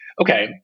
Okay